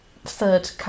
third